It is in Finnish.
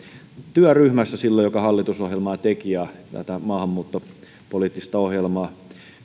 työryhmässä joka hallitusohjelmaa teki ja tätä maahanmuuttopoliittista ohjelmaa